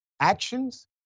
actions